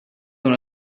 dans